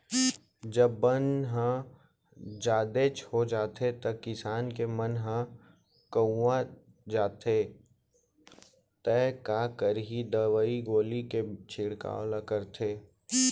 जब बन ह जादेच हो जाथे त किसान के मन ह कउवा जाथे तौ काय करही दवई गोली के छिड़काव ल करथे